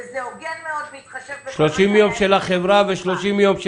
וזה הוגן מאוד בהתחשב --- 30 יום של החברה ו-30 יום,